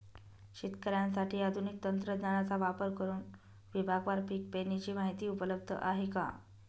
शेतकऱ्यांसाठी आधुनिक तंत्रज्ञानाचा वापर करुन विभागवार पीक पेरणीची माहिती उपलब्ध आहे का?